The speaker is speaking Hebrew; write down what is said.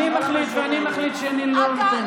אינו נוכח אלון טל,